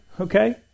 okay